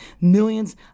millions